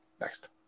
Next